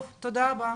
טוב, תודה רבה.